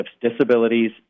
disabilities